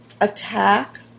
attack